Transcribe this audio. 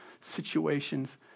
situations